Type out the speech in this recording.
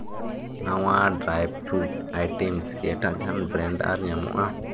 ᱱᱟᱣᱟ dry food items ᱜᱮ ᱮᱴᱟᱜ ᱡᱟᱦᱟᱱ ᱵᱨᱮᱱᱰ ᱟᱨ ᱧᱟᱢᱚᱜᱼᱟ